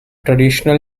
traditional